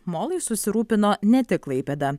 molais susirūpino ne tik klaipėda